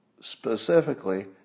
specifically